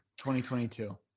2022